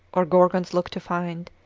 or gorgons look to find,